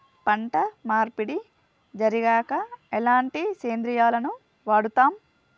పంట మార్పిడి జరిగాక ఎలాంటి సేంద్రియాలను వాడుతం?